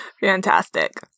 Fantastic